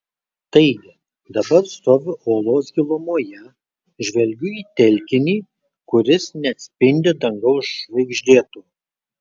taigi dabar stoviu olos gilumoje žvelgiu į telkinį kuris neatspindi dangaus žvaigždėto